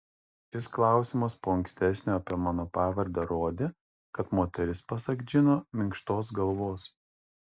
šis klausimas po ankstesnio apie mano pavardę rodė kad moteris pasak džino minkštos galvos